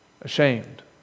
ashamed